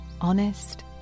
honest